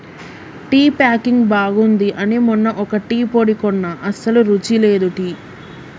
tea packing బాగుంది అని మొన్న ఒక టీ పొడి కొన్న అస్సలు రుచి లేదు టీ